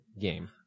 game